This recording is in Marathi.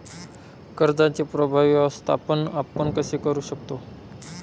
कर्जाचे प्रभावी व्यवस्थापन आपण कसे करु शकतो?